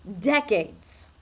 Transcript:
Decades